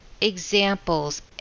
Examples